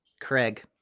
craig